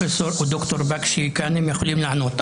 ד"ר בקשי, אתם יכולים לענות.